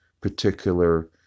particular